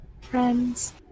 Friends